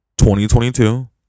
2022